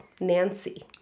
Nancy